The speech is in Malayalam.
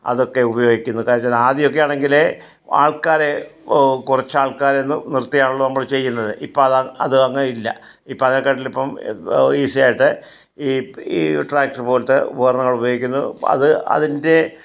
അതൊക്കെ ഉപയോഗിക്കുന്നു കാരണോച്ചാൽ ആദ്യമൊക്കെയാണെങ്കിൽ ആൾക്കാരെ കുറച്ച് ആൾക്കാരെ നിർത്തി ആണല്ലോ നമ്മൾ ചെയ്യുന്നത് ഇപ്പോൾ അത് അത് അങ്ങനെ ഇല്ല ഇപ്പോൾ അതിനെക്കാട്ടിലും ഇപ്പോൾ ഈസി ആയിട്ട് ഈ ഈ ട്രാക്ടർ പോലത്തെ ഉപകരണങ്ങൾ ഉപയോഗിക്കുന്നു അത് അതിൻ്റെ